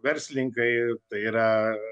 verslininkai tai yra